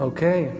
Okay